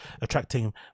attracting